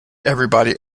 everybody